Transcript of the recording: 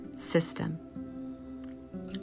system